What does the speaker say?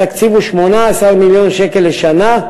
התקציב הוא 18 מיליון שקל לשנה.